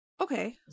Okay